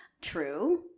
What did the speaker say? true